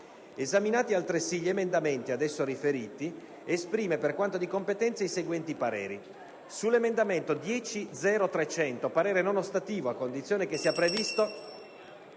Esaminati altresì gli emendamenti ad esso riferiti, esprime, per quanto di competenza, i seguenti pareri: - sull'emendamento 10.0.300 parere non ostativo, a condizione che sia previsto